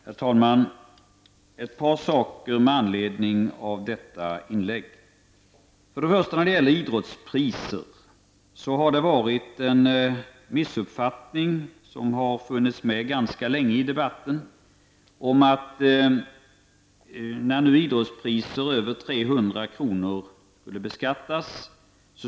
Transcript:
Herr talman! Jag vill säga ett par saker med anledning av detta inlägg. Först vill jag beträffande idrottspriser säga att det ganska länge har rått en missuppfattning i debatten om att det skulle innebära en försämring för idrottsrörelsen när idrottspriser över 300 kr. nu skall beskattas.